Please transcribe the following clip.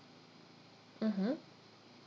mmhmm